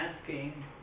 asking